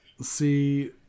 see